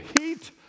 heat